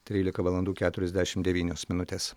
trylika valandų kžturiasdešimt devynios minutės